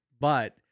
But-